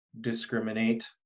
discriminate